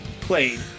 played